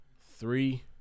Three